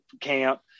camp